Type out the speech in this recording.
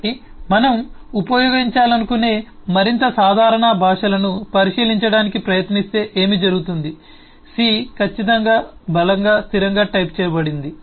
కాబట్టి మనం ఉపయోగించాలనుకునే మరింత సాధారణ భాషలను పరిశీలించడానికి ప్రయత్నిస్తే ఏమి జరుగుతుంది సి ఖచ్చితంగా బలంగా స్థిరంగా టైప్ చేయబడింది